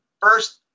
First